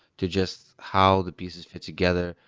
to just how the pieces fit together,